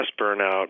burnout